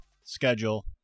schedule